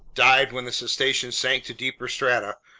dived when the cetacean sank to deeper strata,